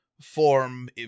form